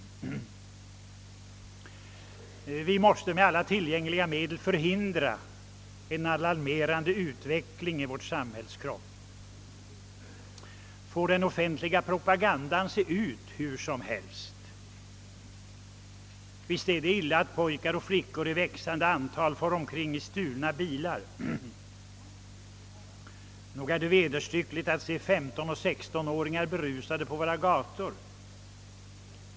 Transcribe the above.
Vi måste på samma sätt med alla tillgängliga medel förhindra denna alarmerande utveckling i vår samhällskropp. Får den offentliga propagandan se ut hur som helst? Visst är det illa att pojkar och flickor i växande antal far omkring i stulna bilar. Nog är det vederstyggligt att se 15 och 16-åringar berusade på våra gator.